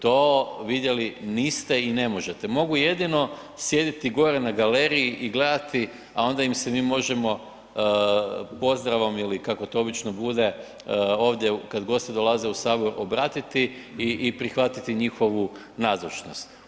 To vidjeli niste i ne možete, mogu jedino sjediti gore na galeriji, a onda im se mi možemo pozdravom ili kako to obično bude, ovdje kad gosti dolaze u Sabor obratiti i prihvatiti njihovu nazočnost.